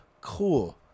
cool